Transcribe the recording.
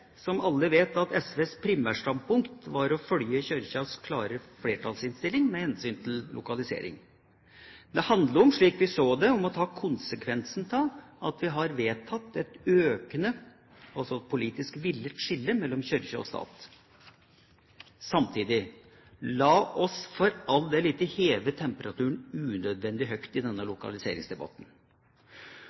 som alle vet, at SVs primærstandpunkt var å følge Kirkas klare flertallsinnstilling med hensyn til lokalisering. Det handler om, slik vi så det, å ta konsekvensen av at vi har vedtatt et økende – altså politisk villet – skille mellom kirke og stat. Samtidig: La oss for all del ikke heve temperaturen unødvendig høgt i denne lokaliseringsdebatten.